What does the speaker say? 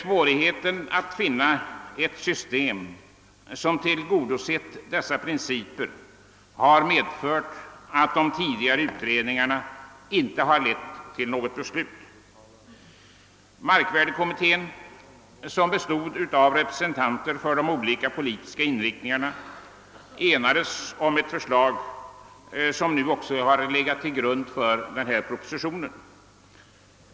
Svårigheterna att finna ett system som tillgodoser dessa principer har medfört att de tidigare utredningarna inte har lett till något beslut. Markvärdekommittén, som bestod av representanter för de olika politiska inriktningarna, enades om ett förslag, som nu har legat till grund för propositionen.